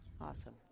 Awesome